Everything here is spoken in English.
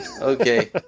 Okay